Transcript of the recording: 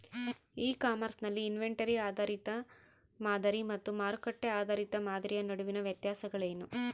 E commerce ನಲ್ಲಿ inventory ಆಧಾರಿತ ಮಾದರಿ ಮತ್ತು ಮಾರುಕಟ್ಟೆ ಆಧಾರಿತ ಮಾದರಿಯ ನಡುವಿನ ವ್ಯತ್ಯಾಸಗಳೇನು?